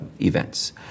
events